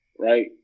Right